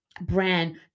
brand